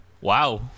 Wow